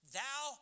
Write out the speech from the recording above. thou